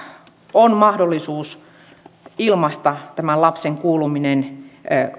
on mahdollisuus ilmaista tämän lapsen kuuluminen